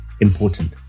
important